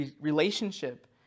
relationship